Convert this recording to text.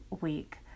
week